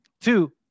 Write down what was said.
two